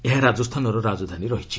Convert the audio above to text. ଏହା ରାଜସ୍ଥାନର ରାଜଧାନୀ ରହିଛି